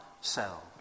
cell